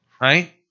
right